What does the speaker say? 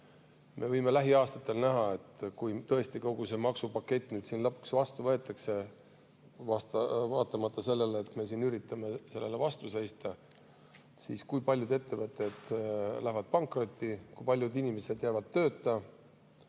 Me võime lähiaastatel näha, kui tõesti kogu see maksupakett lõpuks vastu võetakse, vaatamata sellele, et me üritame sellele vastu seista, et paljud ettevõtted lähevad pankrotti, paljud inimesed jäävad tööta.